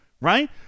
right